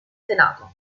senato